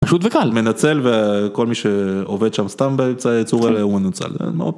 פשוט וקל מנצל וכל מי שעובד שם סתם באמצע הוא מנוצל.